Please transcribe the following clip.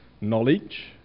Knowledge